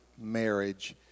marriage